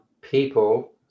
people